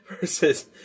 Versus